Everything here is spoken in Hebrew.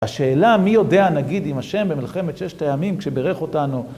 השאלה, מי יודע, נגיד, אם השם במלחמת ששת הימים, כשברך אותנו...